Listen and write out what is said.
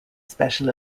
special